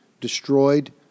destroyed